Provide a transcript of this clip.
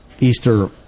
Easter